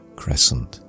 crescent